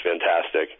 fantastic